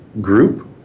group